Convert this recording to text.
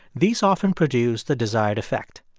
these often produce the desired effect.